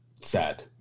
sad